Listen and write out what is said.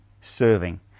serving